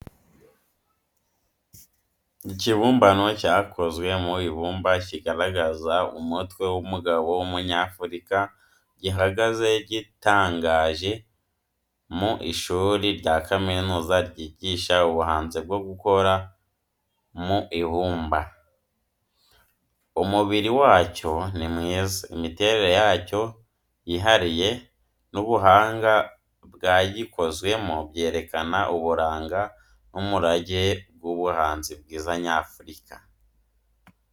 Ikibumbano cyakozwe mu ibumba kigaragaza umutwe w’umugabo w’Umunyafurika, gihagaze gitangaje mu ishuri rya kaminuza ryigisha ubuhanzi bwo gukora mu ibumba. Umubiri wacyo ni mwiza, imiterere yacyo yihariye, n’ubuhanga bwagikozwemo byerekana uburanga n’umurage w’ubuhanzi bwiza nyafurika.